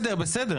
המשטרה.